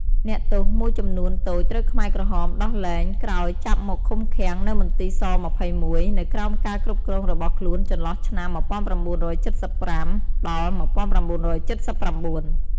អ្នកទោសមួយចំនួនតូចត្រូវខ្មែរក្រហមដោះលែងក្រោយចាប់មកឃុំឃាំងនៅមន្ទីរស-២១ នៅក្រោមការគ្រប់គ្រងរបស់ខ្លួនចន្លោះឆ្នាំ១៩៧៥-១៩៧៩។